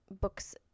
books